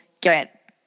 get